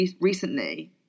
recently